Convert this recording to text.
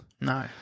No